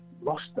lost